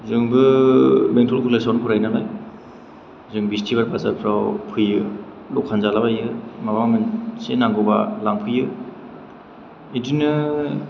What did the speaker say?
जोंबो बेंथल कलेजावनो फरायो नालाय जों बिस्तिबार बाजारफ्राव फैयो दखान जाला बायो माबा मोनसे नांगौबा लांफैयो बिदिनो